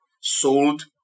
sold